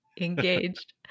engaged